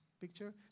picture